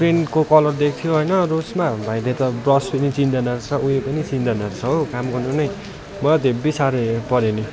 पेनको colour दिएको थियो होइन रोसमा भाइले ब्रस पनि चिन्दैन रहेछ उयो पनि चिन्दैन रहेछ हो काम गर्नु नै मलाई त हेब्बी साह्रो पऱ्यो नि